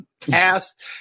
Past